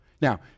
Now